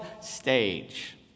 stage